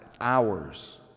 hours